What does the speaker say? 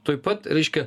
tuoj pat reiškia